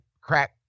crack